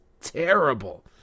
terrible